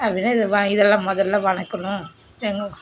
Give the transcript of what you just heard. அப்படினு இது வா இதெல்லாம் முதல்ல வதக்கணும் எண்ணெய்